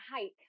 hike